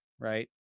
right